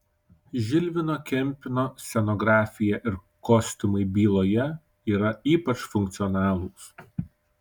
žilvino kempino scenografija ir kostiumai byloje yra ypač funkcionalūs